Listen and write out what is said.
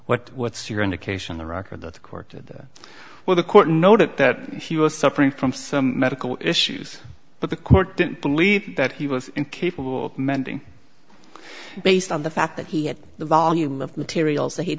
what what's your indication the record that the court did that well the court noted that he was suffering from some medical issues but the court didn't believe that he was incapable of mending based on the fact that he had the volume of materials that he